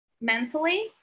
mentally